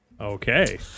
Okay